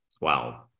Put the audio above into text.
Wow